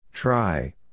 Try